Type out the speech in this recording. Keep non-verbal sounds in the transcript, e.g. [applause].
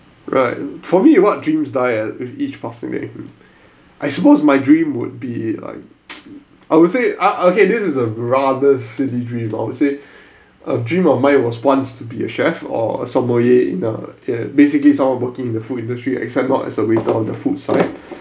right for me you what dreams die ah with each passing day I suppose my dream would be like [noise] I would say ah okay this is a rather silly dream I would say [breath] a dream of mine was once to be a chef or somebody in the uh basically someone working in the food industry except not as a waiter of the food side